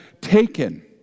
taken